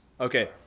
Okay